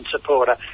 supporter